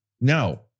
No